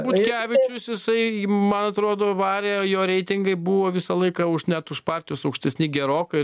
butkevičius jisai man atrodo varė jo reitingai buvo visą laiką už net už partijos aukštesni gerokai